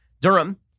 Durham